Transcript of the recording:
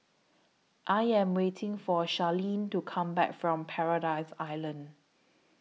I Am waiting For Charleen to Come Back from Paradise Island